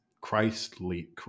christly